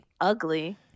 ugly